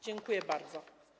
Dziękuję bardzo.